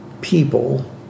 people